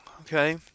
Okay